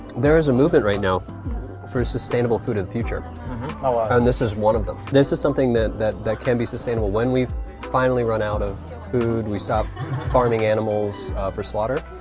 there's a movement right now for a sustainable food of future, and this is one of them. this is something that that can be sustainable when we finally run out of food, we stop farming animals for slaughter.